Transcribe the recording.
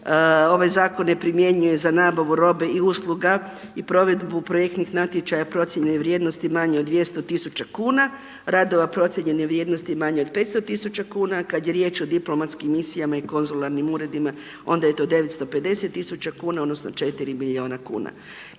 ovaj zakon ne primjenjuje za nabavu robe i usluga i provedbu projektnih natječaja procjene vrijednosti manje od 200 tisuća kuna, radova procijenjene vrijednosti manje od 500 tisuća kuna. Kad je riječ o diplomatskim misijama i konzularnim uredima onda je to 950 tisuća kuna, odnosno 4 milijuna kuna.